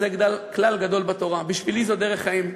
זה כלל גדול בתורה"; בשבילי זו דרך חיים.